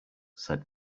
said